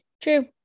True